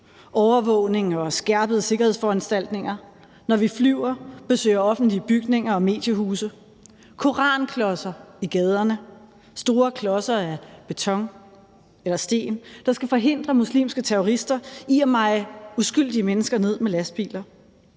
overvågning og skærpede sikkerhedsforanstaltninger, når vi flyver, og når vi besøger offentlige bygninger og mediehuse; koranklodser i gaderne, store klodser af beton eller sten, der skal forhindre muslimske terrorister i at meje uskyldige mennesker ned med lastbiler.